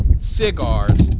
cigars